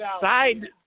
side